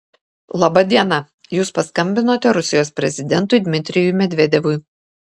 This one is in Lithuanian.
laba diena jūs paskambinote rusijos prezidentui dmitrijui medvedevui